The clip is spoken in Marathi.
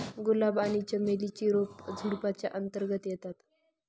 गुलाब आणि चमेली ची रोप झुडुपाच्या अंतर्गत येतात